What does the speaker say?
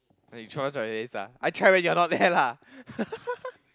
then you try this ah try when you're not there lah